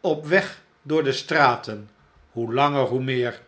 op weg door de straten hoe langer hoe meer